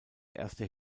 erste